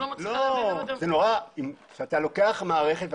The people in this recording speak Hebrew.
אני פשוט לא מצליחה להבין למה --- כשאתה בונה מערכת,